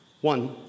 One